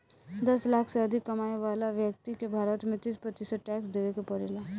दस लाख से अधिक कमाए वाला ब्यक्ति के भारत में तीस प्रतिशत टैक्स देवे के पड़ेला